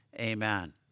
amen